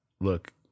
look